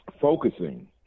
focusing